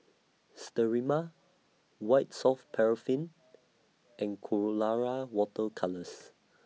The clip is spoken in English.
Sterimar White Soft Paraffin and Colora Water Colours